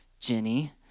Jenny